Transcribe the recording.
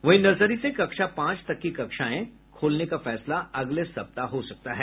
वहीं नर्सरी से कक्षा पांच तक की कक्षाएं खोलने का फैसला अगले सप्ताह हो सकता है